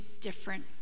different